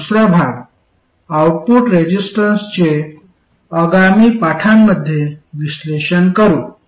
तर दुसरा भाग आउटपुट रेझिस्टन्सचे आगामी पाठांमध्ये विश्लेषण करू